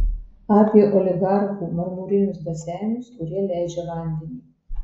apie oligarchų marmurinius baseinus kurie leidžia vandenį